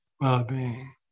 well-being